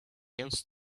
used